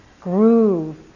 groove